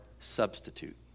substitute